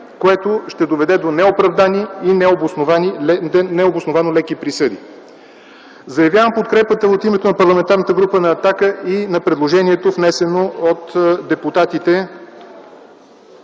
което ще доведе до неоправдани и необосновано леки присъди. Заявявам подкрепата от името на Парламентарната група на „Атака” и на предложението, внесено от депутатите